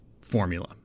formula